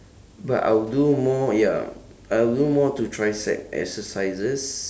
but I would do more ya I would do more to tricep exercises